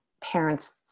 parents